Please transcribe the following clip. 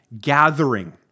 gathering